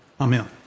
Amen